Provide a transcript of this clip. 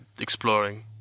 exploring